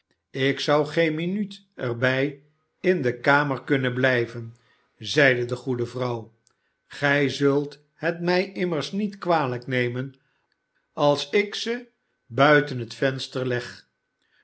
ik zou geen minuut er bij in de kamer kunnen blijven zeide de goede vrouw gij zult het mij immmers niet kwalijk nemen als ik ze buiten het venster leg